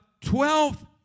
twelfth